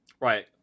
Right